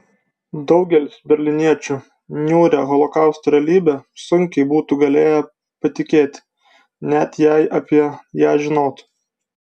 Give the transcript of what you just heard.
daugelis berlyniečių niūria holokausto realybe sunkiai būtų galėję patikėti net jei apie ją žinotų